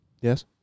Yes